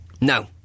No